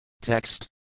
Text